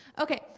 Okay